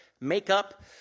makeup